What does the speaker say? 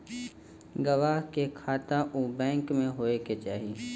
गवाह के खाता उ बैंक में होए के चाही